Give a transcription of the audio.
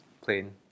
plain